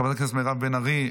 חברת הכנסת מירב בן ארי,